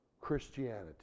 Christianity